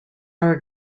are